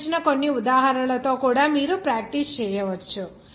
ఇక్కడ ఇచ్చిన కొన్ని ఉదాహరణలతో కూడా మీరు ప్రాక్టీస్ చేయవచ్చు